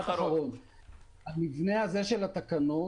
המבנה הזה של התקנות,